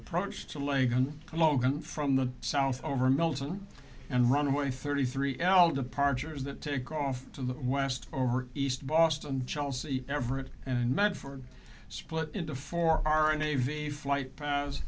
approach to leg logan from the south over melton and runway thirty three l departures that take off to the west over east boston chelsea everett and medford split into four hour a navy flight paths